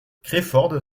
crawford